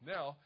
Now